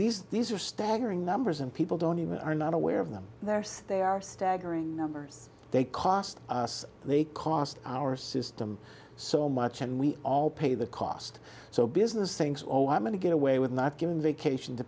these these are staggering numbers and people don't even are not aware of them there so they are staggering numbers they cost us they cost our system so much and we all pay the cost so business things all i'm going to get away with not giving vacation to